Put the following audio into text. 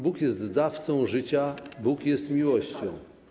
Bóg jest dawcą życia, Bóg jest miłością.